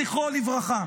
זכרו לברכה?